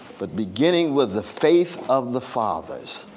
but beginning with the faith of the fathers.